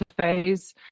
phase